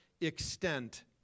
extent